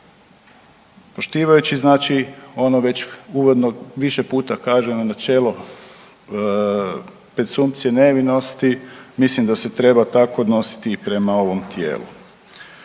Poštivajući ono već uvodno više puta kaženo načelo presumpcije nevinosti, mislim da se treba tako odnositi i prema ovom tijelu.